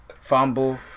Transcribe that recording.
fumble